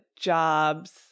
jobs